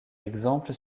exemple